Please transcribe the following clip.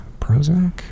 Prozac